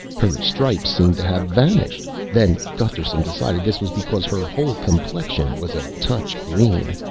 her stripes seemed to have vanished then gusterson decided this was because her whole complexion was a touch green.